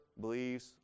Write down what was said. believes